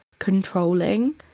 controlling